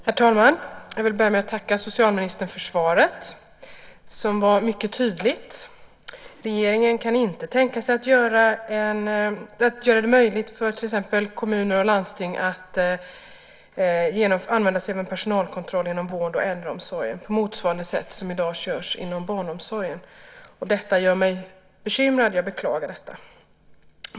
Herr talman! Jag vill börja med att tacka socialministern för svaret som var mycket tydligt. Regeringen kan inte tänka sig att göra det möjligt för till exempel kommuner och landsting att använda sig av personalkontroll inom vård och äldreomsorg på motsvarande sätt som i dag görs inom barnomsorgen. Detta gör mig bekymrad. Jag beklagar det.